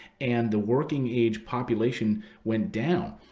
and the working age population went down.